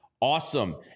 awesome